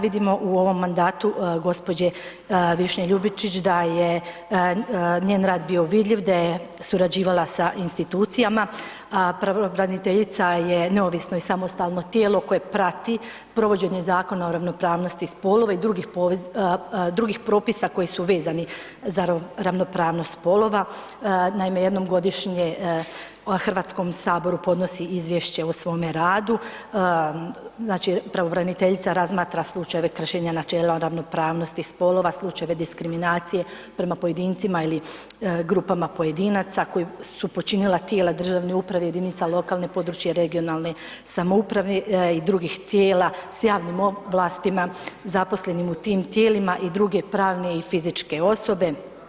Vidimo u ovom mandatu gđe. Višnje Ljubičić da je njen rad bio vidljiv, da je surađivala sa institucijama, pravobraniteljica je neovisno i samostalno tijelo koje prati provođenje Zakona o ravnopravnosti spolova i drugih propisa koji su vezani za ravnopravnost spolova, naime jednom godišnje HS podnosi izvješće o svome radu, znači pravobraniteljica razmatra slučajeve kršenja načela ravnopravnosti spolova, slučajeve diskriminacije prema pojedincima ili grupama pojedinaca koji su počinila tijela državne uprave i jedinica lokalne, područne i regionalne samouprave i drugih tijela s javnim ovlastima zaposlenim u tim tijelima i druge pravne i fizičke osobe.